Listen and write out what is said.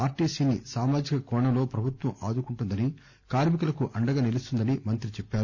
ఆర్టీసీని సామాజిక కోణంలో ప్రభుత్వం ఆదుకుంటుందని కార్మి కులకు అండగా నిలుస్తుందని మంత్రి చెప్సారు